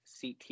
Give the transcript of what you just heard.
CT